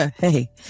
Hey